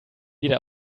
jeder